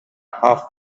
half